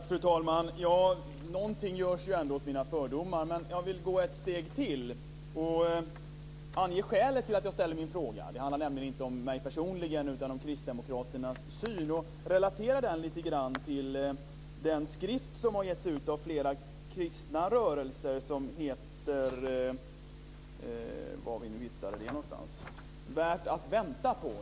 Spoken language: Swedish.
Fru talman! Någonting görs ju ändå åt mina fördomar, men jag vill gå ett steg till och ange skälet till att jag ställer min fråga. Det handlar nämligen inte om mig personligen utan om kristdemokraternas syn. Jag vill relatera den lite grann till den skrift som har getts ut av flera kristna rörelser. Namnet på den skriften är Värt att vänta på.